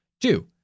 Two